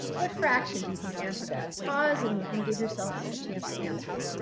what fraction. do you think answer that pause and and give yourself a chance to answer.